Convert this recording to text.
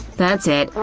that's it,